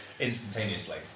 Instantaneously